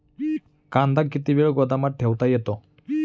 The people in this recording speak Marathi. कांदा किती वेळ गोदामात ठेवता येतो?